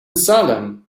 salem